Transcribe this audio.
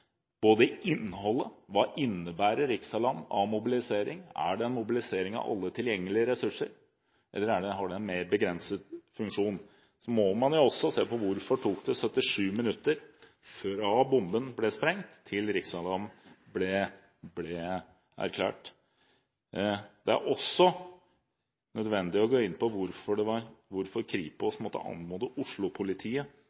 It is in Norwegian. innholdet: Hva innebærer riksalarm av mobilisering, er det en mobilisering av alle tilgjengelige ressurser, eller har det en mer begrenset funksjon? Så må man også se på: Hvorfor tok det 77 minutter fra bomben ble sprengt, til riksalarm ble erklært? Det er også nødvendig å gå inn på hvorfor Kripos måtte komme med en anmodning til Oslo-politiet for å få erklært riksalarm. Det